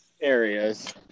areas